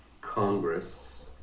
Congress